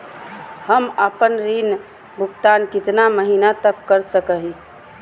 हम आपन ऋण भुगतान कितना महीना तक कर सक ही?